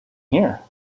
here